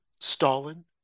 Stalin